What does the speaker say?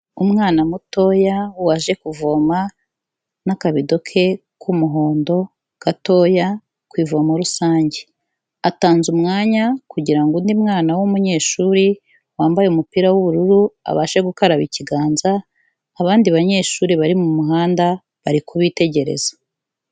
Umwana mutoya waje kuvoma n'akabido ke k'umuhondo gatoya ku ivomo rusange. Atanze umwanya kugira ngo undi mwana w'umunyeshuri wambaye umupira w'ubururu abashe gukaraba ikiganza, abandi banyeshuri bari mu muhanda bari kubitegereza.